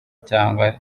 cyangwa